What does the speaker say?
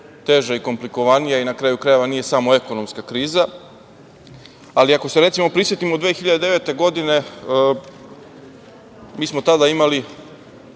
teža i komplikovanija i na kraju krajeva nije samo ekonomska kriza, ali ako se recimo prisetimo 2009. godine, mi smo tada imali